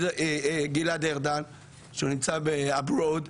גלעד ארדן שנמצא בחו"ל,